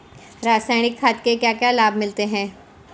रसायनिक खाद के क्या क्या लाभ मिलते हैं?